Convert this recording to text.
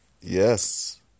Yes